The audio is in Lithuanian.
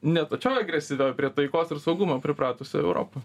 ne tokioj agresyvioj prie taikos ir saugumo pripratusioj europoj